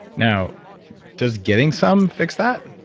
now does getting some fix that?